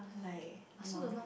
like !wow!